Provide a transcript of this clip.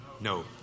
No